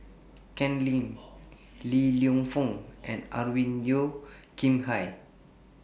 Ken Lim Li Lienfung and Alvin Yeo Khirn Hai